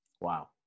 Wow